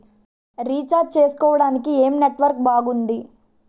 Recharge చేసుకోవటానికి ఏం network బాగుంది?